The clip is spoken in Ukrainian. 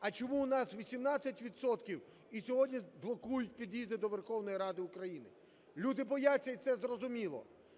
А чому у нас 18 відсотків - і сьогодні блокують під'їзди до Верховної Ради України? Люди бояться, і це зрозуміло.